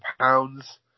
pounds